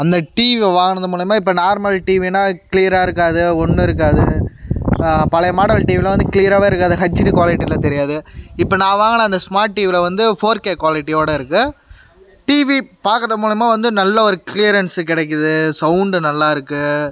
அந்த டிவியை வாங்கினது மூலயமா இப்போ நார்மல் டிவினால் க்ளீயராக இருக்காது ஒன்றும் இருக்காது பழைய மாடல் டிவிலாம் வந்து க்ளீயராகவே இருக்காது ஹெச்டி குவாலிட்டியில தெரியாது இப்போ நான் வாங்கின அந்த ஸ்மார்ட் டிவியில வந்து ஃபோர் கே குவாலிட்டியோட இருக்கு டிவி பார்க்குற மூலயமா வந்து நல்ல ஒரு க்ளீயரென்ஸ் கிடைக்கிது சௌண்டு நல்லாயிருக்கு